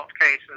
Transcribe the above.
cases